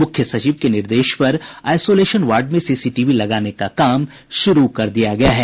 मुख्य सचिव के निर्देश पर आइसोलेशन वार्ड में सीसीटीवी लगाने का काम शुरू कर दिया गया है